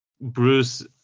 Bruce